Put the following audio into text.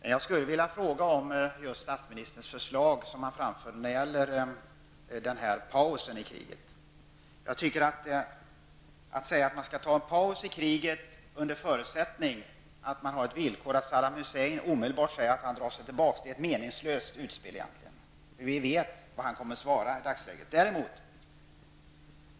En fråga som jag har i det sammanhanget gäller statsministerns förslag om en paus i kriget. Att säga att man skall göra en paus i kriget, under förutsättning att Saddam Hussein lovar att omedelbart dra sig tillbaka är egentligen ett meningslös utspel. Vi vet vad han kommer att svara.